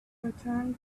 returned